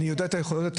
כמו שהיא נראית היום?